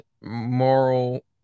moral